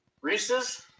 Reese's